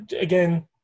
again